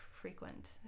frequent